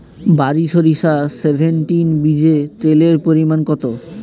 বারি সরিষা সেভেনটিন বীজে তেলের পরিমাণ কত?